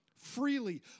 freely